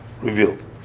revealed